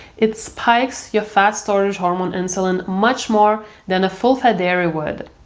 it spike your fat storage hormone insulin much more than a full fat dairy would.